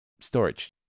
storage